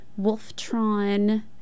Wolftron